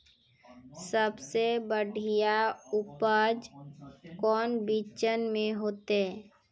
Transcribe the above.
सबसे बढ़िया उपज कौन बिचन में होते?